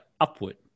upward